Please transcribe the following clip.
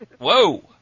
Whoa